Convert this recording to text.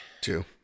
Two